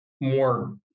more